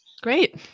Great